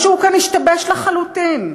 משהו כאן השתבש לחלוטין.